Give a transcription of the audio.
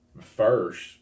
First